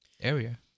area